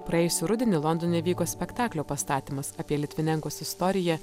praėjusį rudenį londone įvyko spektaklio pastatymas apie litvinenkos istoriją